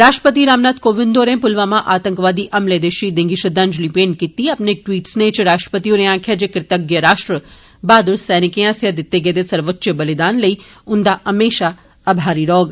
राष्ट्रपति रामनाथ कोविन्द होरें पुलवामा आतंकी हमले दे शहीदें गी श्रद्धांजलि भेंट कीती अपने इक टवीट स्नेह च राष्ट्रपति होरें आक्खेआ जे कृतज्ञ राष्ट्र बहादुर सैनिकें आस्सेआ दिते गेदे सर्वोच्च बलिदान लेई उन्दा हमेशा आभारी रहौग